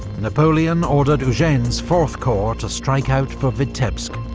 napoleon ordered eugene's fourth corps to strike out for vitebsk,